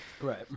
Right